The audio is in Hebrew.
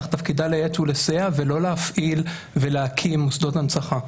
אך תפקידה לייעץ ולסייע ולא להפעיל ולהקים מוסדות הנצחה.